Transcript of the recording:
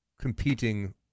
competing